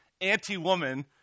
anti-woman